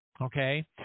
okay